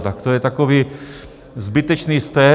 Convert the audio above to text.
Tak to je takový zbytečný stesk.